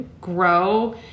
grow